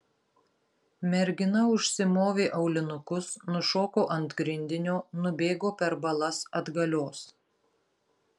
mergina užsimovė aulinukus nušoko ant grindinio nubėgo per balas atgalios